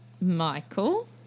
michael